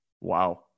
Wow